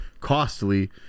costly